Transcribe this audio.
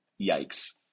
Yikes